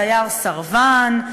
דייר סרבן,